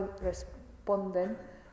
responden